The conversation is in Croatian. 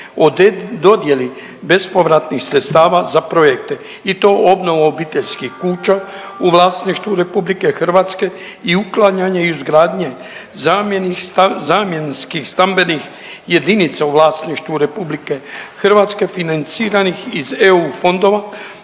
dodjeli bespovratnih sredstava za projekte i to obnovu obiteljskih kuća u vlasništvu RH i uklanjanje izgradnje zamjenskih stambenih jedinica u vlasništvu RH financiranih iz EU fondova